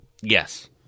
Yes